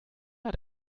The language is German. hat